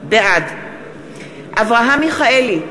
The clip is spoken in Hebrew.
בעד אברהם מיכאלי,